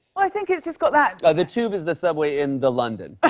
i think it's just got that the tube is the subway in the london.